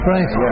Right